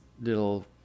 little